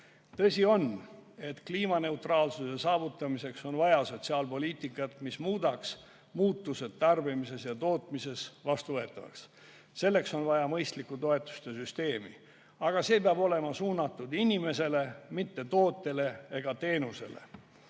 Tõsi on, et kliimaneutraalsuse saavutamiseks on vaja sotsiaalpoliitikat, mis muudaks muutused tarbimises ja tootmises vastuvõetavaks. Selleks on vaja mõistlikku toetuste süsteemi, aga see peab olema suunatud inimesele, mitte tootele ega teenusele.